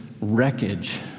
wreckage